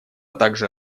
также